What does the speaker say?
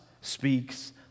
speaks